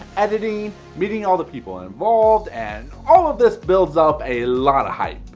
editing, meeting all the people involved, and all of this builds up a lot of hype.